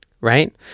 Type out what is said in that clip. right